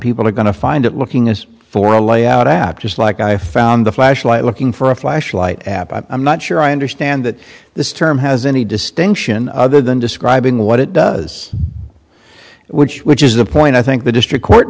people are going to find it looking as for layout add just like i found a flashlight looking for a flashlight app i'm not sure i understand that this term has any distinction other than describing what it does which which is the point i think the district court